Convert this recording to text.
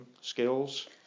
skills